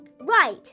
right